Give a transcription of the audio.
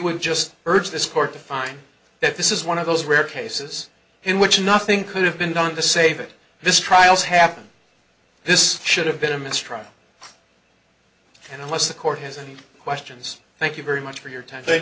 would just urge this court to find that this is one of those rare cases in which nothing could have been done to save it this trials happen this should have been a mistrial and unless the court has any questions thank you very much for your time